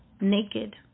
naked